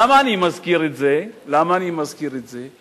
למה אני מזכיר את זה?